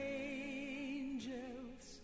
angels